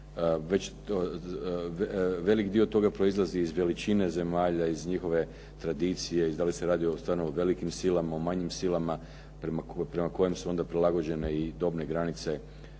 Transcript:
Već velik dio toga proizlazi iz veličine zemalja, iz njihove tradicije, da li se radi stvarno o velikim silama, o manjim silama prema kojim su onda prilagođene i dobne granice